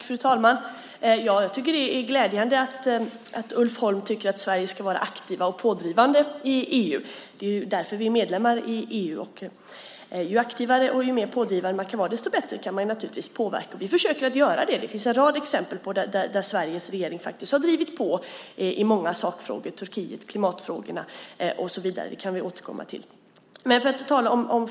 Fru talman! Det är glädjande att Ulf Holm tycker att Sverige ska vara aktivt och pådrivande i EU. Det är ju därför vi är medlemmar i EU. Ju mer aktiva och pådrivande man kan vara, desto bättre kan man naturligtvis påverka. Vi försöker göra det. Det finns en rad exempel på att Sveriges regering har drivit på i många sakfrågor. Det gäller Turkiet och klimatfrågorna till exempel. Det kan vi återkomma till.